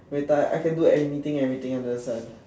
muay-thai I can do anything everything under the sun